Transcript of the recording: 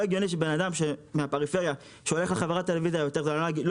לא הגיוני שאדם מהפריפריה שהולך לחברת טלוויזיה יותר זולה לא